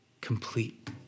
complete